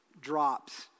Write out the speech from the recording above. drops